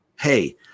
Hey